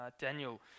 Daniel